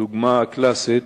דוגמה קלאסית,